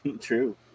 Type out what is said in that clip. True